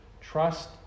Trust